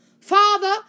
Father